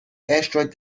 asteroid